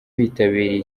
bitabiriye